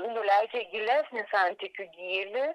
nuleidžia į gilesnį santykių gylį